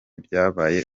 byabaye